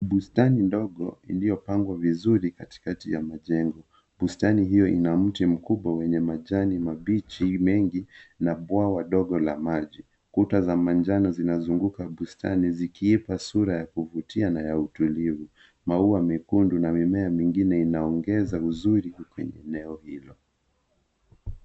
Bustani ndogo iliyopangwa vizuti katikati ya majengo. Bustani hiyo ina mti mkubwa wenye majani mabichi mengi na bwawa dogo la maji. Kuta za manjano zinazunguka bustani zikiipa sura ya kuvutia na ya utulivu. Maua mekundu na mimea mingine inaongeza uzuri kwenye eneo hilo.